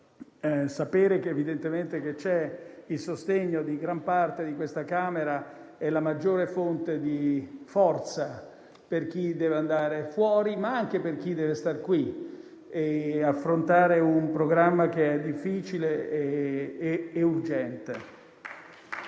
sapere che c'è il sostegno di gran parte di questa Camera è la maggiore fonte di forza, per chi deve andare fuori, ma anche per chi deve stare qui e affrontare un programma difficile e urgente.